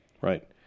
Right